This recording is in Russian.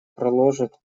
проложит